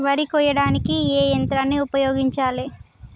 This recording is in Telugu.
వరి కొయ్యడానికి ఏ యంత్రాన్ని ఉపయోగించాలే?